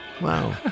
wow